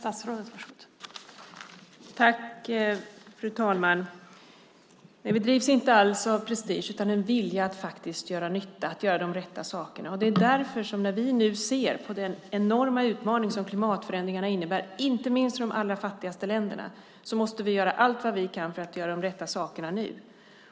Fru talman! Vi drivs inte alls av prestige utan av en vilja att faktiskt göra nytta, att göra de rätta sakerna. När vi nu ser den enorma utmaning som klimatförändringarna innebär, inte minst för de allra fattigaste länderna, måste vi göra allt vad vi kan för att göra de rätta sakerna nu.